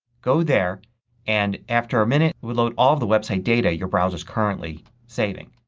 go there and after a minute load all the website data your browser is currently saving.